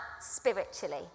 spiritually